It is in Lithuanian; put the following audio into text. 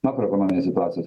makroekonominės situacijos